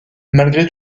malgré